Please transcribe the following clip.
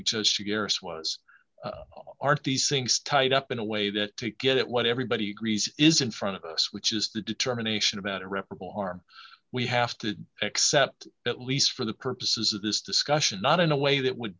as she garrus was aren't these things tied up in a way that take get what everybody agrees is in front of us which is the determination about irreparable harm we have to accept at least for the purposes of this discussion not in a way that would